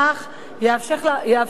יאפשר להפוך